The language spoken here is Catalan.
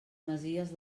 masies